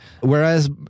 Whereas